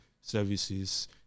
services